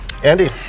Andy